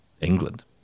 England